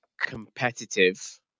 competitive